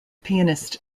pianist